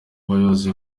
bayobozi